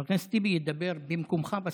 וחבר הכנסת טיבי ידבר במקומך בסוף.